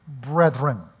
brethren